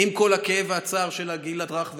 עם כל הכאב והצער של הגיל הרך והכול.